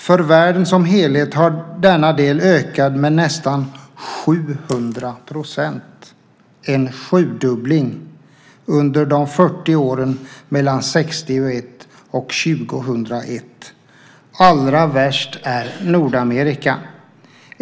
För världen som helhet har denna del ökat med nästan 700 %, en sjudubbling, under de 40 åren mellan 1961 och 2001. Allra värst är Nordamerika.